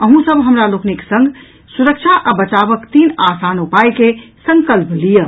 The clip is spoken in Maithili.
अहूँ सब हमरा लोकनिक संग सुरक्षा आ बचाव के तीन आसान उपायके संकल्प लियऽ